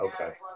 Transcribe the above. okay